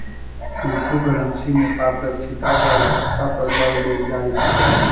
crypto currency में पारदर्शिता के आवश्यकता पर बल देल जाइत हइ